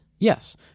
Yes